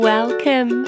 Welcome